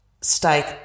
steak